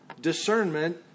discernment